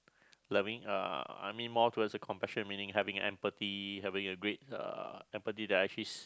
loving uh I mean more towards compassion meaning having empathy having a great uh empathy that actually